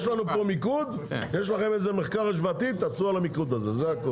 יש לכם מחקר השוואתי תעשו על המיקוד הזה.